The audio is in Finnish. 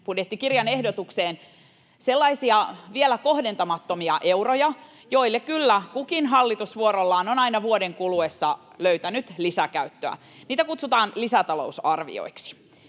budjettikirjan ehdotukseen sellaisia vielä kohdentamattomia euroja, joille kyllä kukin hallitus vuorollaan on aina vuoden kuluessa löytänyt lisäkäyttöä. Niitä kutsutaan lisätalousarvioiksi.